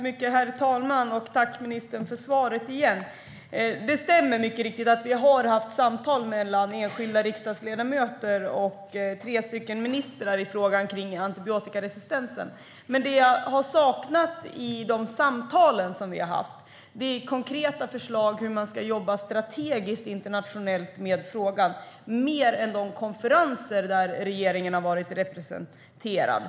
Herr talman! Tack igen, ministern, för svaret! Det stämmer att vi har haft samtal mellan enskilda riksdagsledamöter och tre ministrar i frågan om antibiotikaresistens. Men det som jag har saknat i samtalen är konkreta förslag om hur man ska jobba strategiskt internationellt med frågan, utöver de konferenser där regeringen har varit representerad.